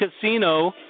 Casino